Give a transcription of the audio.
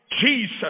Jesus